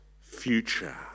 future